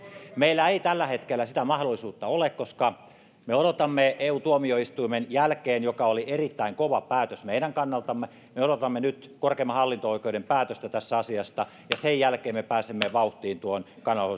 meillä ei tällä hetkellä sitä mahdollisuutta ole koska eu tuomioistuimen päätöksen jälkeen joka oli erittäin kova meidän kannaltamme me odotamme nyt korkeimman hallinto oikeuden päätöstä tässä asiassa ja sen jälkeen me pääsemme vauhtiin kannanhoidollisen